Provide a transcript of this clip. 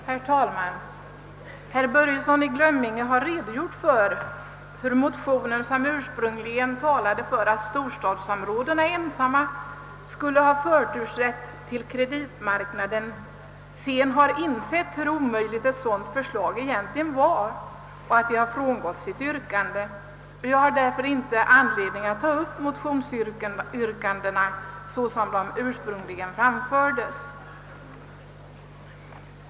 Herr talman! Herr Börjesson i Glömminge har redogjort för hur motionärerna, som ursprungligen talade för att storstadsområdena ensamma skulle ha förtursrätt till kreditmarknaden, sedan har insett hur omöjligt ett sådant förslag egentligen är och att de av denna anledning också frångått sitt yrkande. Jag har därför inte anledning att ta upp motionsyrkandena såsom de ursprungligen framfördes.